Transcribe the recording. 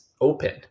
open